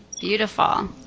Beautiful